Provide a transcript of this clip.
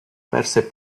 perse